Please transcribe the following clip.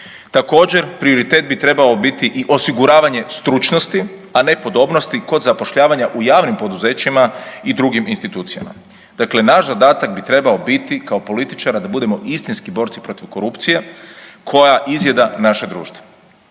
Također prioritet bi trebao biti i osiguravanje stručnosti, a ne podobnosti kod zapošljavanja u javnim poduzećima i drugim institucijama. Dakle, naš zadatak bi trebao biti i kao političara da budemo istinski borci protiv korupcije koja izjeda naše društvo.